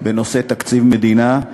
בנושא תקציב מדינה.